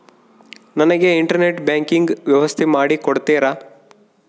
ನನಗೆ internet banking ವ್ಯವಸ್ಥೆ ಮಾಡಿ ಕೊಡ್ತೇರಾ?